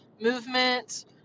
movement